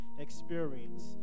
experience